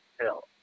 Hell